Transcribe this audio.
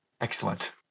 Excellent